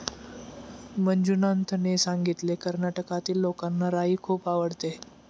मंजुनाथने सांगितले, कर्नाटकातील लोकांना राई खूप आवडते